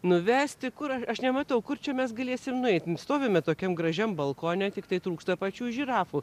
nuvesti kur aš nematau kur čia mes galėsim nueit stovime tokiam gražiam balkone tiktai trūksta pačių žirafų